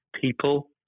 people